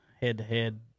head-to-head